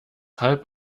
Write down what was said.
halb